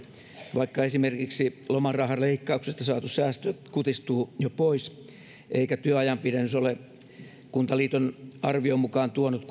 vaikka esimerkiksi lomarahaleikkauksesta saatu säästö kutistuu jo pois eikä työajan pidennys ole kuntaliiton arvion mukaan tuonut